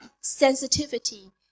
sensitivity